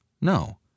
No